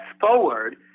forward